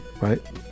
right